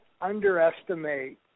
underestimate